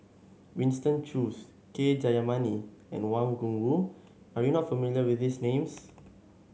Winston Choos K Jayamani and Wang Gungwu are you not familiar with these names